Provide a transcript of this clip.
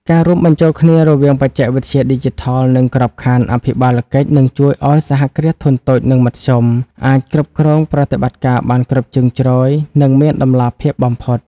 ការរួមបញ្ចូលគ្នារវាងបច្ចេកវិទ្យាឌីជីថល និងក្របខណ្ឌអភិបាលកិច្ច នឹងជួយឱ្យ សហគ្រាសធុនតូច និងមធ្យម អាចគ្រប់គ្រងប្រតិបត្តិការបានគ្រប់ជ្រុងជ្រោយ និងមានតម្លាភាពបំផុត។